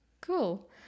cool